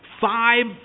Five